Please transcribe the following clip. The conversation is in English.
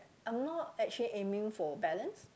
I'm not actually aiming for balance